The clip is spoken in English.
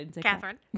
Catherine